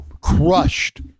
Crushed